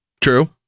True